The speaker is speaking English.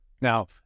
Now